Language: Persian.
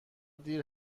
دیر